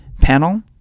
panel